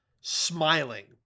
smiling